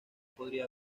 podría